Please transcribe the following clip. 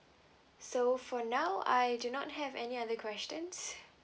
so for now I do not have any other questions